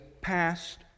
passed